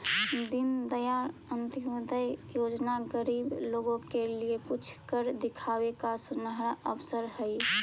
दीनदयाल अंत्योदय योजना गरीब लोगों के लिए कुछ कर दिखावे का सुनहरा अवसर हई